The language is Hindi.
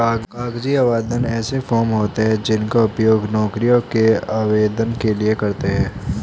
कागजी आवेदन ऐसे फॉर्म होते हैं जिनका उपयोग नौकरियों के आवेदन के लिए करते हैं